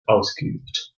ausgeübt